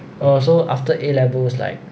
err so after A levels like